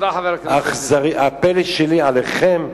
הפלא שלי עליכם,